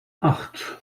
acht